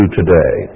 today